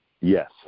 yes